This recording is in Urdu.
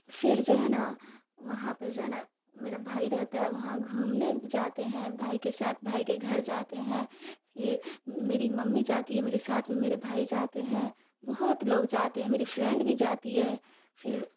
پھر جو ہے نا وہاں پہ جو ہے نا میرا بھائی رہتا ہے وہاں گھومنے جاتے ہیں بھائی کے ساتھ بھائی کے گھر جاتے ہیں پھر میری ممی جاتی ہے میری ساتھ میں میرے بھائی جاتے ہیں بہت لوگ جاتے ہیں میری فرینڈ بھی جاتی ہے پھر